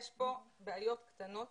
יש פה בעיות קטנות